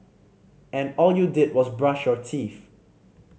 and all you did was brush your teeth